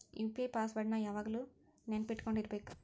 UPI password ನ ಯಾವಾಗ್ಲು ನೆನ್ಪಿಟ್ಕೊಂಡಿರ್ಬೇಕು